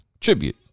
tribute